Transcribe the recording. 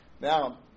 Now